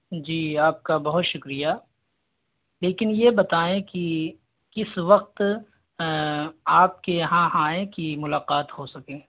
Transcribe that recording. جی آپ کا بہت شکریہ لیکن یہ بتائیں کہ کس وقت آپ کے یہاں آئیں کہ ملاقات ہو سکے